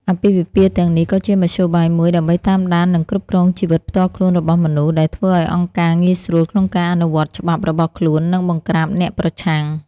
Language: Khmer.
អាពាហ៍ពិពាហ៍ទាំងនេះក៏ជាមធ្យោបាយមួយដើម្បីតាមដាននិងគ្រប់គ្រងជីវិតផ្ទាល់ខ្លួនរបស់មនុស្ស ដែលធ្វើឱ្យអង្គការងាយស្រួលក្នុងការអនុវត្តច្បាប់របស់ខ្លួននិងបង្ក្រាបអ្នកប្រឆាំង។